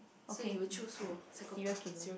okay next serial killer